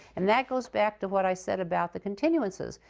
and that goes back to what i said about the continuances.